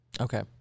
Okay